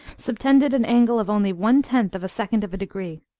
subtended an angle of only one-tenth of a second of a degree.